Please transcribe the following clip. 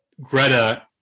Greta